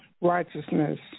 righteousness